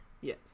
Yes